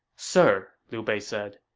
sir, liu bei said,